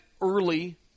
early